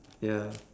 ya